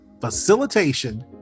facilitation